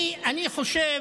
אני חושב,